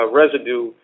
residue